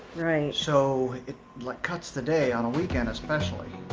so it like cuts the day, on a weekend especially,